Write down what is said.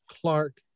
Clark